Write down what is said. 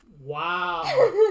Wow